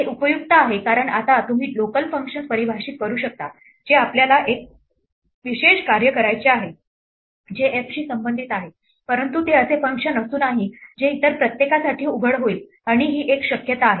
हे उपयुक्त आहे कारण आता तुम्ही लोकल फंक्शन्स परिभाषित करू शकता जे आपल्याला एक विशेष कार्य करायचे आहे जे f शी संबंधित आहे परंतु ते असे फंक्शन असू नये जे इतर प्रत्येकासाठी उघड होईल आणि ही एक शक्यता आहे